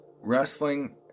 Wrestling